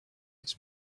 its